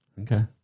Okay